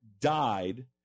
died